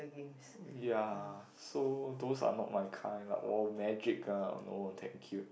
ya so those are not my kind lah oh magic ah no that guild